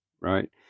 right